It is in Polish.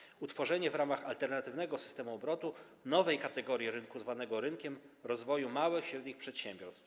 Po drugie, utworzenie w ramach alternatywnego systemu obrodu nowej kategorii rynku, zwanego rynkiem rozwoju małych i średnich przedsiębiorstw.